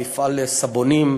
מפעל לסבונים,